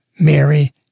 Mary